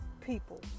people